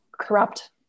corrupt